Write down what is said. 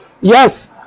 Yes